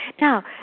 Now